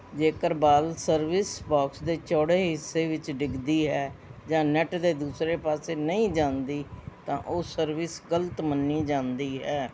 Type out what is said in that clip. ਜੇਕਰ ball service box ਦੇ ਚੌੜੇ ਹਿੱਸੇ ਵਿੱਚ ਡਿੱਗਦੀ ਹੈ ਜਾਂ ਨੈੱਟ ਦੇ ਦੂਸਰੇ ਪਾਸੇ ਨਹੀਂ ਜਾਂਦੀ ਤਾਂ ਉਹ ਸਰਵਿਸ ਗਲਤ ਮੰਨੀ ਜਾਂਦੀ ਹੈ